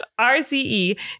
rce